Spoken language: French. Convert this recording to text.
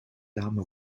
larmes